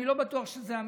אני לא בטוח שזה המקרה.